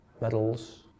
medals